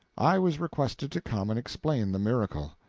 i was requested to come and explain the miracle.